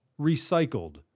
Recycled